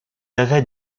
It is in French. avaient